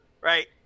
right